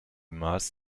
mass